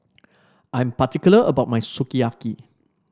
I'm particular about my Sukiyaki